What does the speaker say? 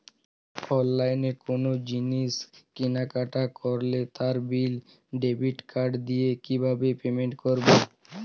অনলাইনে কোনো জিনিস কেনাকাটা করলে তার বিল ডেবিট কার্ড দিয়ে কিভাবে পেমেন্ট করবো?